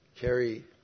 carry